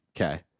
Okay